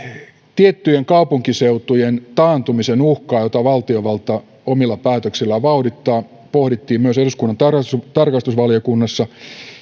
tiettyjen kaupunkiseutujen taantumisen uhkaa jota valtiovalta omilla päätöksillään vauhdittaa pohdittiin myös eduskunnan tarkastusvaliokunnassa